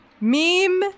Meme